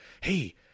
hey